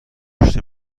پشت